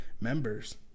members